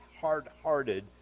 hard-hearted